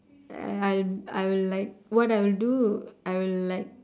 err I'll I will like what I will do I'll like